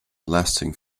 lasting